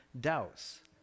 doubts